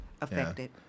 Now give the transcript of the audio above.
affected